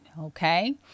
Okay